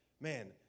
man